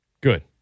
Good